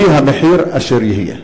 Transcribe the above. יהיה המחיר אשר יהיה.